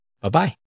Bye-bye